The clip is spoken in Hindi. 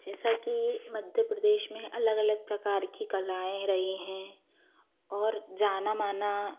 जैसा कि मध्य प्रदेश में अलग अलग प्रकार की कलाएँ रही हैं और जाना माना